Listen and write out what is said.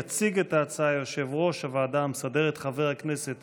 יציג את ההצעה יושב-ראש הוועדה המסדרת חבר הכנסת